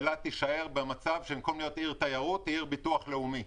אילת תהיה במקום עיר תיירות עיר של ביטוח לאומי.